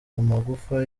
amagufa